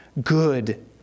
good